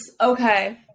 okay